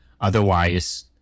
otherwise